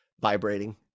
vibrating